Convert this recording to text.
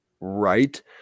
right